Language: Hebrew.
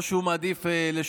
או שהוא מעדיף לשנות.